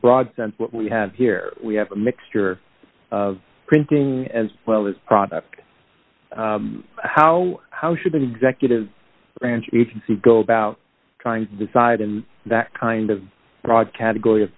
broad sense what we have here we have a mixture of printing as well as product how how should the executive branch agency go about trying to decide in that kind of broad category of